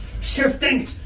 Shifting